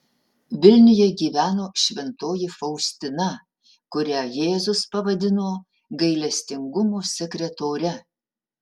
vilniuje gyveno šventoji faustina kurią jėzus pavadino gailestingumo sekretore